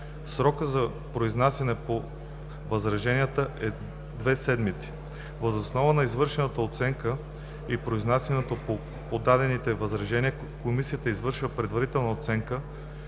Срокът за произнасяне по възраженията е две седмици. Въз основа на извършената оценка и произнасянето по подадените възражения, комисията, извършваща предварителната оценка,